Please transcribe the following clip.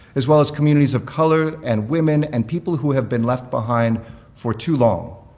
as well as communities of color and women and people who have been left behind for too long.